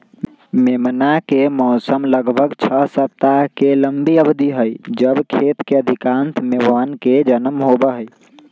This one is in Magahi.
मेमना के मौसम लगभग छह सप्ताह के लंबी अवधि हई जब खेत के अधिकांश मेमनवन के जन्म होबा हई